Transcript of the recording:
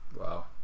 Wow